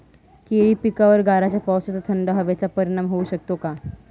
केळी पिकावर गाराच्या पावसाचा, थंड हवेचा परिणाम होऊ शकतो का?